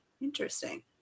Interesting